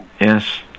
Yes